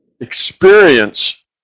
experience